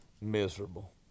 miserable